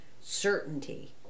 certainty